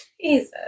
Jesus